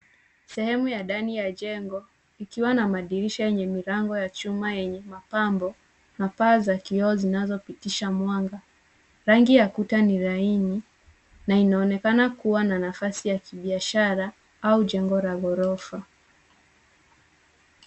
Sehemu ya ndani ya jengo, ikiwa na madirisha yenye milango ya chuma yenye mapambo ,na paa za kioo zinazopitisha mwanga Rangi ya Kuta ni laini ,na inaonekana kuwa na nafasi ya kibiashara au jengo la ghorofa.